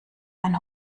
ein